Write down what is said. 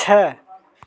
छः